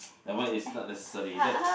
that one is not necessary that